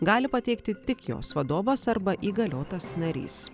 gali pateikti tik jos vadovas arba įgaliotas narys